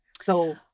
So-